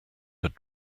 had